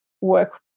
work